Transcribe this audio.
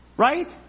Right